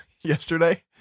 yesterday